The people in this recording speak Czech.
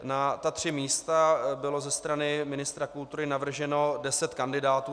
Na ta tři místa bylo ze strany ministra kultury navrženo deset kandidátů.